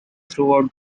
throughout